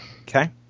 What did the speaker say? Okay